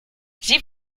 sie